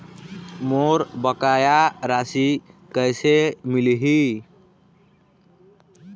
मोर बकाया राशि कैसे मिलही?